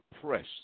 press